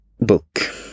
book